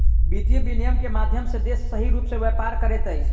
वित्तीय विनियम के माध्यम सॅ देश सही रूप सॅ व्यापार करैत अछि